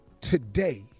today